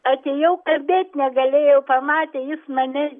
atėjau kalbėt negalėjau pamatė jis mane